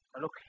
Look